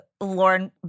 Lauren